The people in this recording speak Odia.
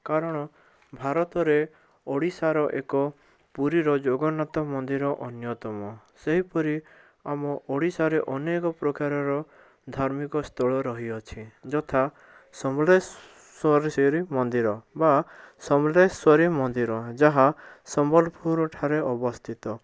କାରଣ ଭାରତରେ ଓଡ଼ିଶାର ଏକ ପୁରୀର ଜଗନ୍ନାଥ ମନ୍ଦିର ଅନ୍ୟତମ ସେହିପରି ଆମ ଓଡ଼ିଶାରେ ଅନେକ ପ୍ରକାରର ଧାର୍ମିକସ୍ଥଳ ରହିଅଛି ଯଥା ସମଲେଶ୍ଵରୀ ମନ୍ଦିର ବା ସମଲେଶ୍ଵରୀ ମନ୍ଦିର ଯାହା ସମ୍ବଲପୁର ଠାରେ ଅବସ୍ଥିତ